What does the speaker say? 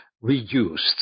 reduced